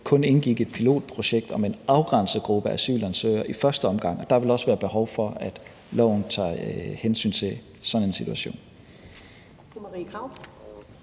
kun indgik et pilotprojekt om en afgrænset gruppe asylansøgere i første omgang, og der vil også være behov for, at loven tager hensyn til sådan en situation.